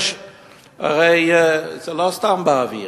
הרי זה לא סתם באוויר.